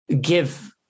give